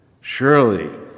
surely